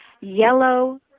yellow